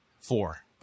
Four